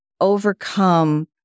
overcome